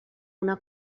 una